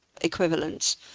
equivalents